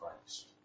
Christ